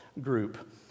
group